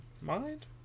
mind